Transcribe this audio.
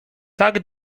tak